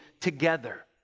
together